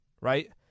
right